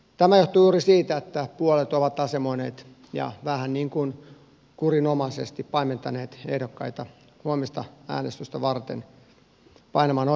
tämä johtuu juuri siitä että puolueet ovat asemoineet ja vähän niin kuin kurinomaisesti paimentaneet ehdokkaita huomista äänestystä varten painamaan oikeaa nappulaa